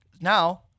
Now